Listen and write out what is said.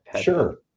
sure